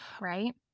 Right